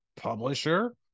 publisher